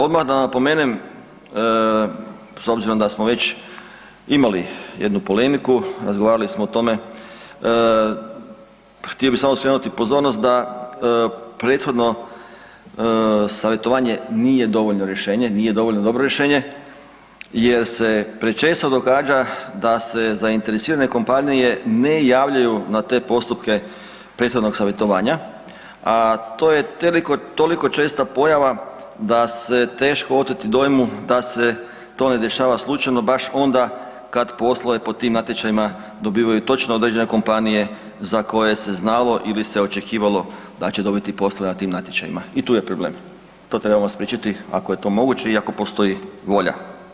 Odmah da napomenem, s obzirom da smo već imali jednu polemiku, razgovarali smo o tome, htio bih samo skrenuti pozornost da prethodno savjetovanje nije dovoljno rješenje, nije dovoljno dobro rješenje jer se prečesto događa da se zainteresirane kompanije ne javljaju na te postupke prethodnog savjetovanja, a to je toliko česta pojava da se teško oteti dojmu da se to ne dešava slučajno baš onda kad poslove pod tim natječajima dobivaju točno određene kompanije za koje se znalo ili se očekivalo da će dobiti poslove na tim natječajima i tu je problem, to trebamo spriječiti ako je to moguće i ako postoji volja.